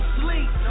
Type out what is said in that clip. sleep